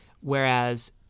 Whereas